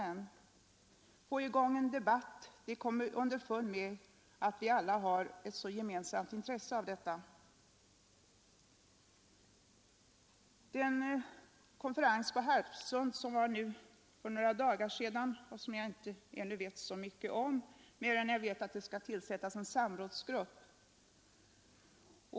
Vi måste få i gång en debatt där vi kommer underfund med att vi alla har ett gemensamt intresse. Vid den konferens på Harpsund som ägde rum för några dagar sedan — och som jag inte ännu vet så mycket om — bestämdes att det skall tillsättas en samrådsgrupp.